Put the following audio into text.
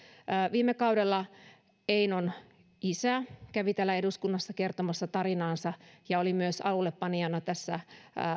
viime kaudella einon isä kävi täällä eduskunnassa kertomassa tarinaansa ja oli myös alullepanijana tässä